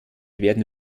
werden